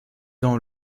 dans